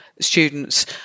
students